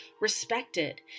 respected